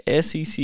SEC